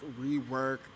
rework